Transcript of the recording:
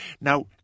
Now